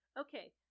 Okay